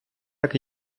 так